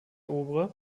obere